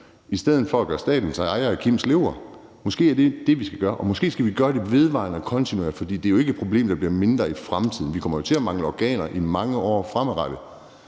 i stedet for at gøre staten til ejer af Kims lever; måske er det det, vi skal gøre. Og måske skal vi gøre det vedvarende og kontinuerligt, for det er jo ikke et problem, der bliver mindre i fremtiden. Vi kommer jo til at mangle organer i mange år fremadrettet,